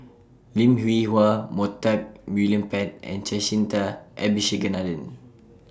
Lim Hwee Hua Montague William Pett and Jacintha Abisheganaden